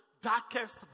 darkest